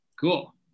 Cool